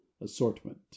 assortment